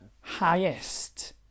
highest